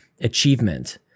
achievement